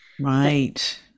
right